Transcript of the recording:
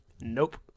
Nope